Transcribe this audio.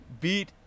beat